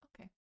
Okay